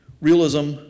realism